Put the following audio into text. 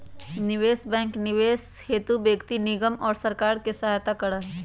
निवेश बैंक निवेश हेतु व्यक्ति निगम और सरकार के सहायता करा हई